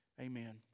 Amen